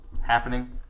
happening